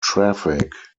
traffic